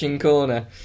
Corner